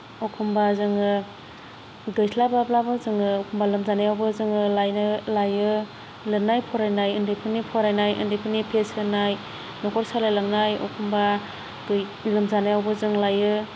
एखमब्ला जोङो गैस्लाबाब्लाबो जोङो एखमब्ला लोमजानायावबो जोङो लायनो लायो लिरनाय फरायनाय उन्दैफोरनि फरायनाय उन्दैफोरनि फिस होनाय न'खर सालायलांनाय एखमब्ला गै लोमजानायावबो जों लायो